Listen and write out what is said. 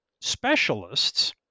specialists